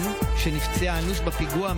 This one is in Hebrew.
ארבעה,